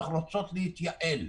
אנחנו רוצות להתייעל.